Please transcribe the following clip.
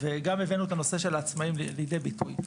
וגם הבאנו את הנושא של העצמאיים לידי ביטוי.